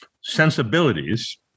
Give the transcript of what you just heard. sensibilities